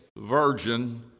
virgin